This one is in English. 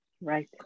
right